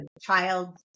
child